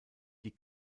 die